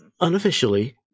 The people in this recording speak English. unofficially